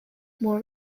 more